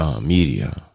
Media